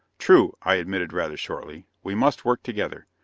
true, i admitted rather shortly. we must work together.